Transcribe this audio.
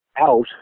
out